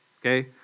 okay